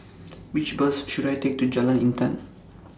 Which Bus should I Take to Jalan Intan